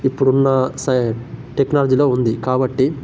ఇప్పుడున్న సై టెక్నాలజిలో ఉంది కాబట్టి